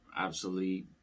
obsolete